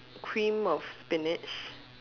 cream of spinach